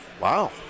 Wow